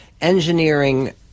engineering